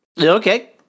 Okay